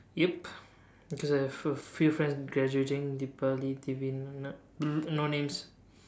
yup because I have a few friends graduating deepali tivind no names